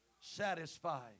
Satisfied